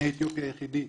אני האתיופי היחידי,